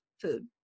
food